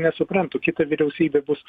nesuprantu kita vyriausybė bus